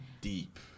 deep